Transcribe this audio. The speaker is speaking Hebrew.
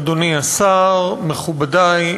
אדוני השר, מכובדי,